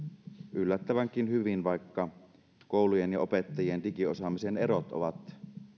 yllättävänkin hyvin vaikka koulujen ja opettajienkin digiosaamisen erot ovat